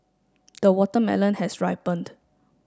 the watermelon has ripened